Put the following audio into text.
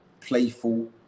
playful